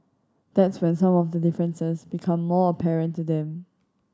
that's when some of the differences become more apparent to them